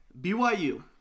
BYU